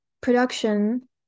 production